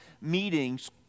meetings